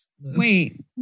Wait